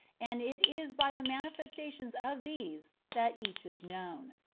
and it is by the manifestation of these, that each is known.